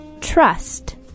trust